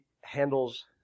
handles